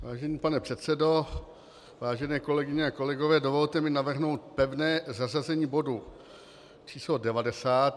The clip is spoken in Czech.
Vážený pane předsedo, vážené kolegyně a kolegové, dovolte mi navrhnout pevné zařazení bodu číslo 90.